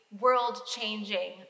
world-changing